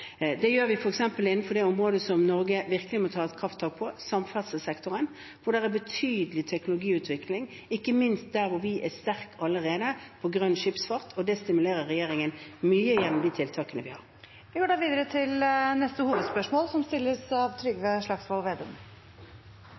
Det gjør vi f.eks. innenfor det området der Norge virkelig må ta et krafttak, i samferdselssektoren, hvor det er betydelig teknologiutvikling, ikke minst der hvor vi er sterke allerede, innen grønn skipsfart, og det stimulerer regjeringen mye til gjennom de tiltakene vi har. Vi går videre til neste hovedspørsmål.